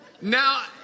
Now